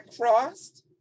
crossed